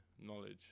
knowledge